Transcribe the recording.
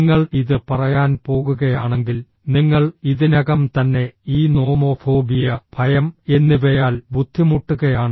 നിങ്ങൾ ഇത് പറയാൻ പോകുകയാണെങ്കിൽ നിങ്ങൾ ഇതിനകം തന്നെ ഈ നോമോഫോബിയ ഭയം എന്നിവയാൽ ബുദ്ധിമുട്ടുകയാണ്